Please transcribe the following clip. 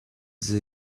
sie